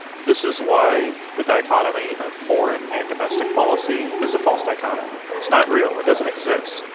this is why the dichotomy of foreign and domestic policy, is a false dichotomy. it's not real, it doesn't exist.